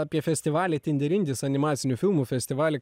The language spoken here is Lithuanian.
apie festivalį tindi rindis animacinių filmų festivalį